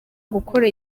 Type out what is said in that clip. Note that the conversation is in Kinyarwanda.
gukora